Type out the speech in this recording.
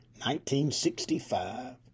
1965